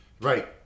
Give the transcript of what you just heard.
Right